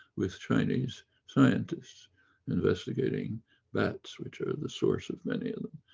with chinese scientists investigating bats which are the source of many of them.